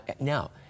Now